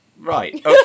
right